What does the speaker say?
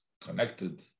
connected